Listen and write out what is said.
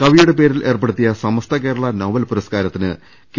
കവിയുടെ പേരിൽ ഏർപ്പെടുത്തിയ സമസ്ത കേരള നോവൽ പുരസ്കാരത്തിന് കെ